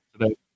today